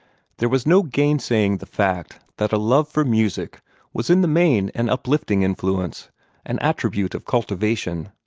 there was no gainsaying the fact that a love for music was in the main an uplifting influence an attribute of cultivation.